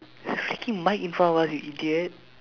there's a freaking mic in front of us you idiot